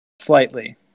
Slightly